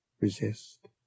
resist